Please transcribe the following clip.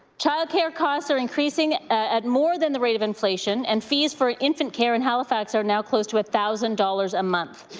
child care costs are increasing at more than the rate of inflation and fees for infant care in halifax are now close to a thousand dollars a month.